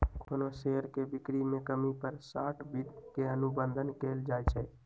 कोनो शेयर के बिक्री में कमी पर शॉर्ट वित्त के अनुबंध कएल जाई छई